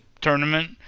tournament